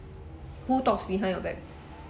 who talks behind your back